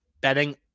Betting